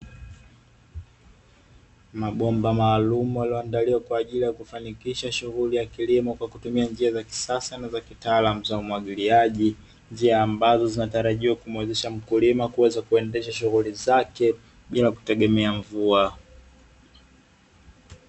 Mabomba maalumu yaliyoandaliwa Kwa ajili ya kufanikisha shughuli ya kilimo kwa kutumia njia ya kisasa na zakitaalamu za umwagiliaji, njia ambazo zinatarajiwa kumuwezesha mkulima kuweza kuendesha shughuli zake bila kutegemea mvua.